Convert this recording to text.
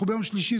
אנחנו ביום שלישי,